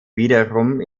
wiederum